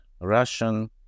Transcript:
Russian